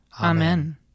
Amen